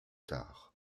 tard